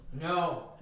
No